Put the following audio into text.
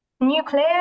Nuclear